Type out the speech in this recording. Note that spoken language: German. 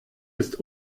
ist